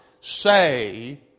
say